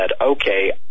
okay